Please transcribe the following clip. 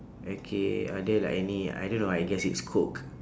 okay are there like any I don't know I guess it's coke